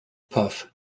puff